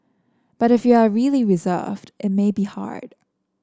but if you are really reserved it may be hard